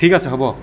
ঠিক আছে হ'ব